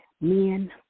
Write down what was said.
men